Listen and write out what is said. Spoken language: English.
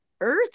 earth